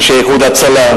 אנשי "איחוד הצלה",